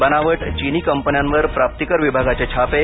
बनावट चिनी कंपन्यांवर प्राप्ती कर विभागाचे छापे